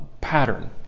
pattern